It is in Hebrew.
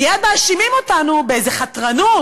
מייד מאשימים אותנו באיזו חתרנות,